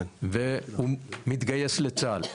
והוא מתגייס לצה"ל.